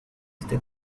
este